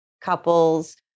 couples